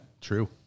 True